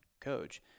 coach